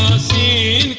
see